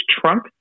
trunk